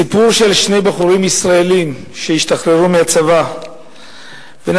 סיפור של שני בחורים ישראלים שהשתחררו מהצבא ונסעו